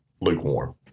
lukewarm